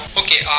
okay